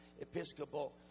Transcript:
Episcopal